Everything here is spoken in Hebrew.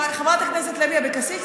חברת הכנסת לוי אבקסיס,